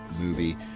movie